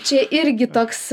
čia irgi toks